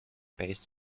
based